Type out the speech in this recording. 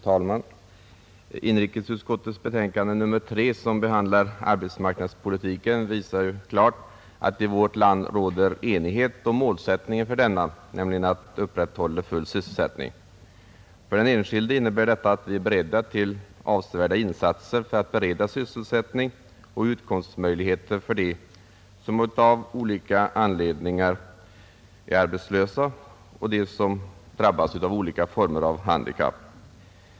Fru talman! Inrikesutskottets betänkande nr 3 som behandlar arbetsmarknadspolitiken visar klart att i vårt land råder enighet om målsättningen för denna, nämligen att upprätthålla full sysselsättning. För den enskilde betyder detta att vi är beredda till avsevärda insatser för att bereda sysselsättning och utkomstmöjligheter för dem som av olika anledningar blivit arbetslösa och för dem som drabbas av olika former av handikapp.